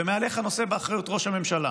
ומעליך נושא באחריות ראש הממשלה.